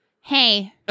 Hey